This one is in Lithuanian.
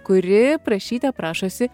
kuri prašyte prašosi